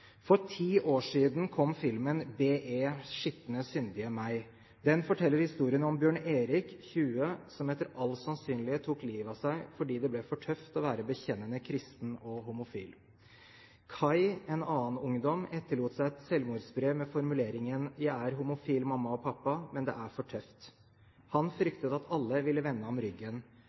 For ti år siden kom filmen «BE – skitne, syndige meg». Den forteller historien om Bjørn Erik, 20 år, som etter all sannsynlighet tok livet av seg fordi det ble for tøft å være bekjennende kristen og homofil. Kai, en annen ungdom, etterlot seg et selvmordsbrev med formuleringen: «Jeg er homofil, mamma og pappa. Men det er for tøft.» Han fryktet at alle ville vende ham ryggen.